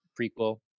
prequel